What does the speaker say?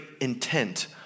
intent